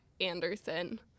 Anderson